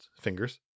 fingers